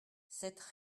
cette